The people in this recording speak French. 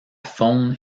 faune